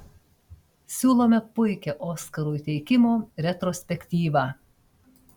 siūlome puikią oskarų įteikimo retrospektyvą